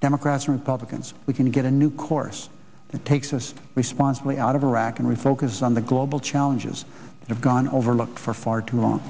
democrats republicans we can get a new course that takes us responsibly out of iraq and refocus on the global challenges that have gone overlooked for far too long